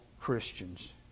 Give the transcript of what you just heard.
Christians